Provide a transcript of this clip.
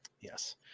Yes